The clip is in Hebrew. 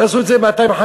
תעשו את זה 250%,